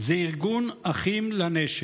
זה ארגון אחים לנשק.